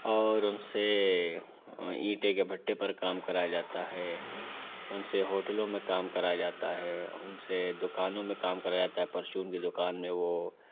اور ان سے اینٹیں کے بھٹے پر کام کرایا جاتا ہے ان سے ہوٹلوں میں کام کرایا جاتا ہے ان سے دکانوں میں کام کرایا جاتا ہے پرچون کی دکان میں وہ